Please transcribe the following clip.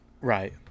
Right